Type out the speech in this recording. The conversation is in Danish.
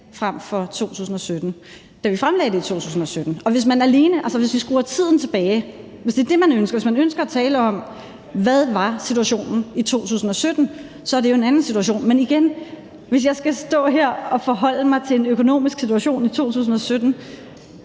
frem for da vi fremlagde det i 2017. Hvis vi skruer tiden tilbage, hvis det er det, man ønsker, hvis man ønsker at tale om, hvad situationen var i 2017, så er det jo en anden situation. Men igen, hvis jeg skal stå her og forholde mig til en økonomisk situation i 2017,